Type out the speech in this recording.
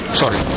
sorry